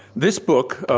this book